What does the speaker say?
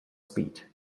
speed